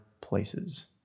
places